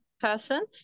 person